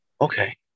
okay